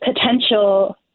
potential